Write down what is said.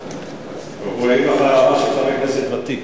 הוא העיר לך הערה של חבר כנסת ותיק: